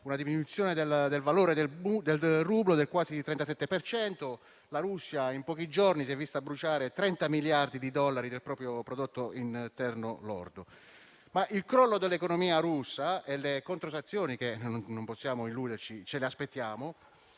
una diminuzione del valore del rublo di quasi il 37 per cento; la Russia in pochi giorni si è vista bruciare 30 miliardi di dollari del proprio prodotto interno lordo. Ma il crollo dell'economia russa e le controsanzioni che - non possiamo illuderci - ci aspettiamo